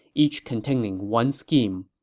each containing one scheme.